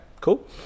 cool